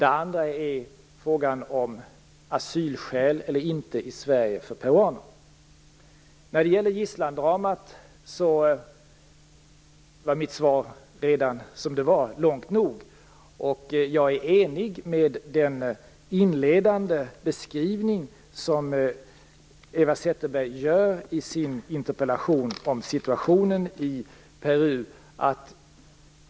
Den andra är frågan om asylskäl eller inte i Sverige för peruaner. När det gäller gisslandramat var mitt svar långt nog som det var. Jag instämmer i den inledande beskrivning som Eva Zetterberg gör i sin interpellation av situationen i Peru.